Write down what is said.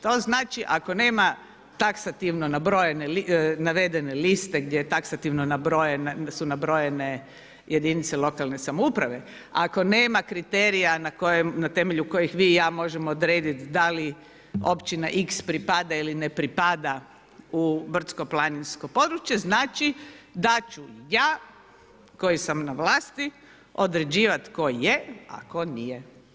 To znači, ako nema taksativno nabrojane, navedene liste gdje je taksativno nabrojena, su nabrojene jedinice lokalne samouprave, ako nema kriterija na temelju kojih vi i ja možemo odrediti da li općina x pripada ili ne pripada u brdsko-planinsko područje, znači da ću ja koji sam na vlasti određivati tko je, a tko nije.